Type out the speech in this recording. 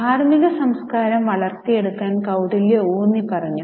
ധാർമ്മിക സംസ്കാരം വളർത്തിയെടുക്കാൻ കൌടില്യ ഊന്നിപ്പറഞ്ഞു